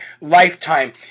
lifetime